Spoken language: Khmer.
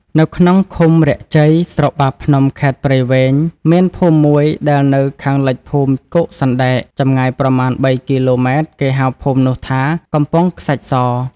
នៅក្នុង ឃុំរាក់ជ័យ ស្រុកបាភ្នំ ខេត្តព្រៃវែង មានភូមិមួយដែលនៅខាងលិចភូមិគោកសណ្តែក ចម្ងាយប្រមាណ ៣ គីឡូម៉ែត្រ គេហៅភូមិនោះថា “កំពង់ខ្សាច់ស”។